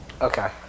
Okay